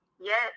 Yes